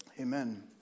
Amen